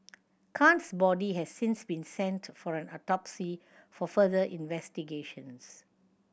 khan's body has since been sent for an autopsy for further investigations